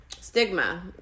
stigma